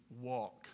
walk